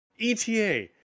ETA